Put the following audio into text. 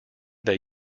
they